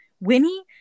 Winnie